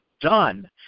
done